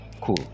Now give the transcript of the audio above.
cool